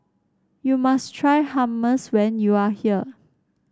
you must try Hummus when you are here